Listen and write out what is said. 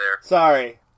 Sorry